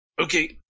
Okay